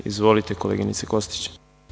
Izvolite, koleginice Kostić.